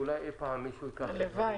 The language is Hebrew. אולי אי-פעם מישהו ייקח את זה,